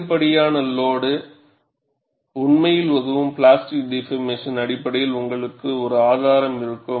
அதிகப்படியான லோடு உண்மையில் உதவும் பிளாஸ்டிக் டிபார்மேசன் அடிப்படையில் உங்களிடம் ஒரு ஆதாரம் இருக்கும்